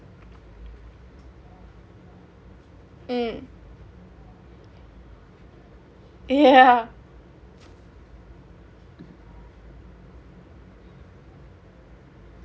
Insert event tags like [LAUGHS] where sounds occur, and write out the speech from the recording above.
mm yeah [LAUGHS]